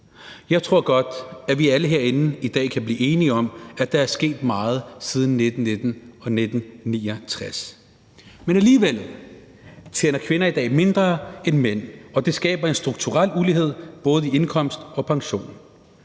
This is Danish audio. jeg tror godt, at vi alle herinde i dag kan blive enige om, at der er sket meget siden 1919 og 1969. Men alligevel tjener kvinder i dag mindre end mænd, og det skaber en strukturel ulighed både i indkomst og pension.